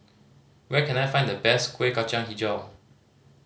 where can I find the best Kueh Kacang Hijau